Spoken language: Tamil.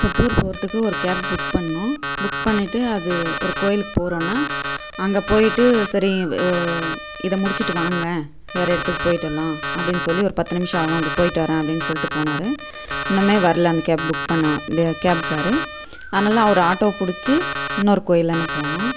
இப்போ டூர் போகிறதுக்கு ஒரு கேப் புக் பண்ணிணோம் புக் பண்ணிவிட்டு அது ஒரு கோயிலுக்கு போகிறோன்னா அங்கே போய்விட்டு சரி இதை முடிச்சுட்டு வாங்க வேறு இடத்துக்கு போய்விட்டு வரலாம் அப்டினு சொல்லி ஒரு பத்து நிமிஷம் ஆகும் அப்படி போய்விட்டு வரறேன் அப்படின் சொல்லிட்டு போனார் இன்னுமே வரல அந்த கேப் புக் பண்ண அந்த கேப்காரரு அதனால் ஒரு ஆட்டோவை பிடிச்சி இன்னொரு கோயிலாண்ட போனோம்